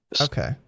Okay